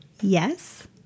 Yes